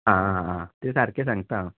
आं आं हा ते सारके सांगता